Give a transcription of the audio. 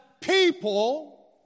people